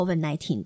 COVID-19